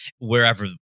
wherever